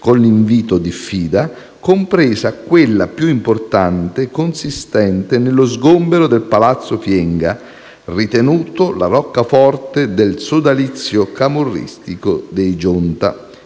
con l'invito-diffida, compresa quella più importante, consistente nello sgombero di Palazzo Fienga, ritenuto la roccaforte del sodalizio camorristico dei Gionta.